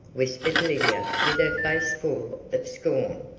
whispered lydia, with her face full of scorn.